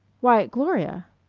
why, gloria!